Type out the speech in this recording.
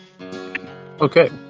Okay